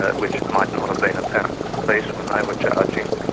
ah which might not have been apparent the the police when they were charging,